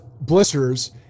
blisters